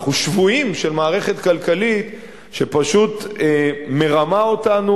אנחנו שבויים של מערכת כלכלית שפשוט מרמה אותנו